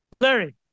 Larry